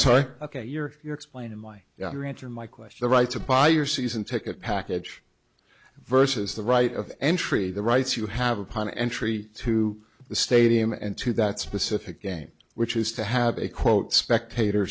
sorry ok you're you're explaining my answer my question the right to buy your season ticket package versus the right of entry the rights you have upon entry to the stadium and to that specific game which is to have a quote spectator